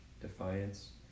defiance